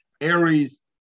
Aries